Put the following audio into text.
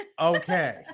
Okay